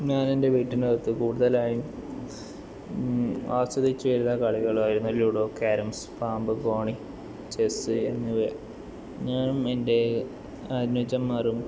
ഞാൻ എൻ്റെ വീടിൻ്റെ അകത്ത് കൂടുതലായും ആസ്വദിച്ച് വരുന്ന കളികളായിരുന്നു ലുഡോ ക്യാരംസ് പാമ്പും കോണിയും ചെസ്സ് എന്നിവ ഞാൻ എൻ്റെ അനുജന്മാരും